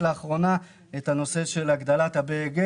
פעילות נוספת זה הנושא של הגדלת ה-BEG.